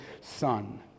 son